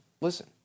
Listen